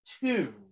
two